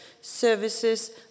services